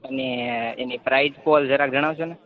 અને એની price fall જરાક જણાવજોને